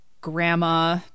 grandma